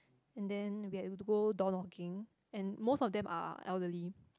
and then we had to go door knocking and most of them are elderly